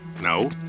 no